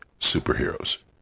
superheroes